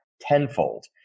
tenfold